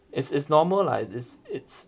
it's it's normal lah it's